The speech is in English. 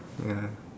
ya